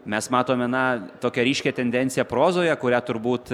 mes matome na tokią ryškią tendenciją prozoje kurią turbūt